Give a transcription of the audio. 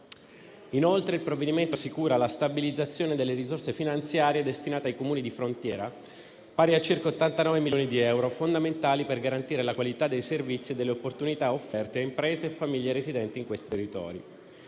Inoltre, il provvedimento assicura la stabilizzazione delle risorse finanziarie destinate ai Comuni di frontiera, pari a circa 89 milioni di euro, fondamentali per garantire la qualità dei servizi e delle opportunità offerte a imprese e famiglie residenti in questi territori.